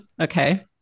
Okay